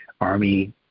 army